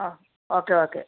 oh okay okay